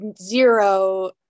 zero